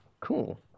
cool